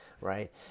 right